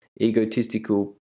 egotistical